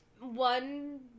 one